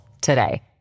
today